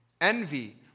envy